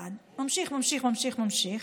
אחד, ממשיך, ממשיך, ממשיך,